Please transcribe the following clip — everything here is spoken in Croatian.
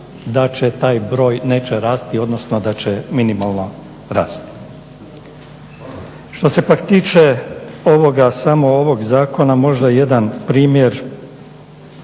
da će taj broj neće rasti odnosno da će minimalno rasti. Što se pak tiče samo ovog zakona možda jedan primjer